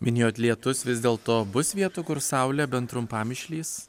minėjot lietus vis dėlto bus vietų kur saulė bent trumpam išlįs